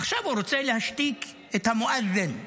עכשיו הוא רוצה להשתיק את המואזין.